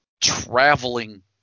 traveling